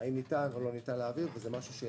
האם ניתן או לא ניתן להעביר תקציב.